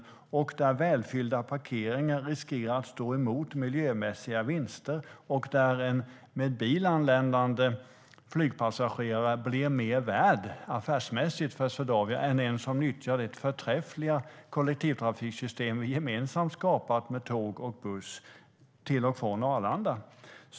Välfyllda parkeringar riskerar att stå emot miljömässiga vinster. En flygpassagerare som anländer med bil blir mer värd affärsmässigt för Swedavia än en som nyttjar det förträffliga kollektivtrafiksystem som vi gemensamt har skapat med tåg och buss till och från Arlanda.